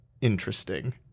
interesting